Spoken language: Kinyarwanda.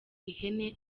ihene